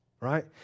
right